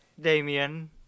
Damien